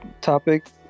topic